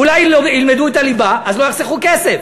אולי לא ילמדו את הליבה, אז לא יחסכו כסף.